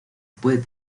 puede